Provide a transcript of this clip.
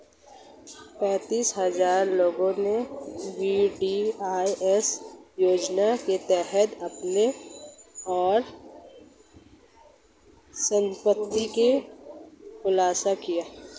पेंतीस हजार लोगों ने वी.डी.आई.एस योजना के तहत अपनी आय और संपत्ति का खुलासा किया